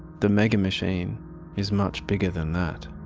the megamachine is much bigger than that.